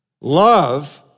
Love